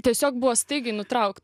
tiesiog buvo staigiai nutraukt